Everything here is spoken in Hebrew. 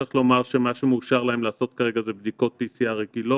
צריך לומר שמה שמאושר להם לעשות כרגע זה בדיקות PCR רגילות.